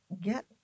get